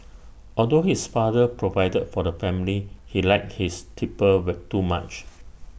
although his father provided for the family he liked his tipple were too much